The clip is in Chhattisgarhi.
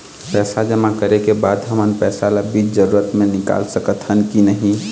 पैसा जमा करे के बाद हमन पैसा ला बीच जरूरत मे निकाल सकत हन की नहीं?